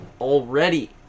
Already